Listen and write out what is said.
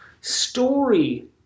story